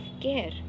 care